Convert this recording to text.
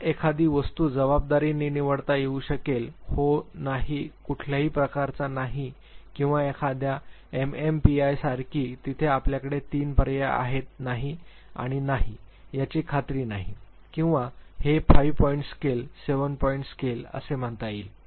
हा एखादी वस्तू जबरदस्तीने निवडता येऊ शकेल हो नाही कुठल्याही प्रकारचा नाही किंवा एखाद्या एमएमपीआयसारखी जिथे आपल्याकडे तीन पर्याय आहेत नाही आणि नाही याची खात्री नाही किंवा हे 5 पॉईंट स्केल 7 पॉईंट स्केल असे म्हणता येईल